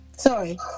Sorry